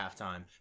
halftime